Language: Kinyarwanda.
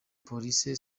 police